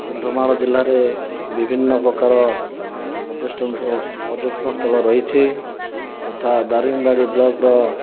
କନ୍ଧମାଳ ଜିଲ୍ଲାରେ ବିଭିନ୍ନ ପ୍ରକାର ପର୍ଯ୍ୟଟନ ପର୍ଯ୍ୟଟନସ୍ଥଳ ରହିଛି ଯଥା ଦାରିଙ୍ଗବାଡ଼ି ବ୍ଲକର